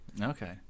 Okay